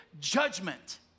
judgment